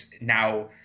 now